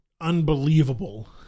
unbelievable